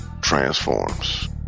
Transforms